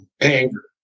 anger